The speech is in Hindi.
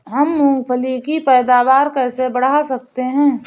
हम मूंगफली की पैदावार कैसे बढ़ा सकते हैं?